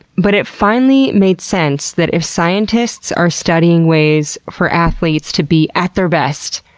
but it finally made sense that if scientists are studying ways for athletes to be at their best,